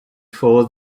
for